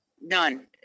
None